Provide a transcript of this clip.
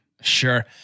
Sure